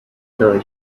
know